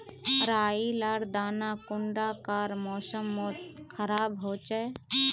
राई लार दाना कुंडा कार मौसम मोत खराब होचए?